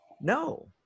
No